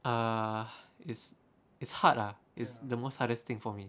uh it's it's hard ah is the most hardest thing for me